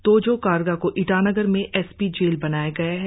तोजो कारगा को ईटानगर में S P jail बनाया गया है